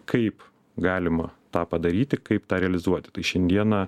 kaip galima tą padaryti kaip tą realizuoti tai šiandieną